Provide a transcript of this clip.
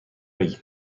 بگیر